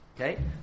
Okay